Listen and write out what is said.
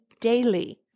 daily